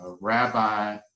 rabbi